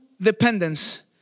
dependence